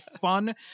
fun